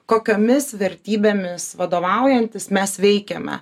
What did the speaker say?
kokiomis vertybėmis vadovaujantis mes veikiame